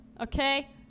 Okay